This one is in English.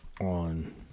on